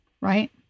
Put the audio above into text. right